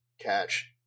catch